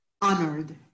honored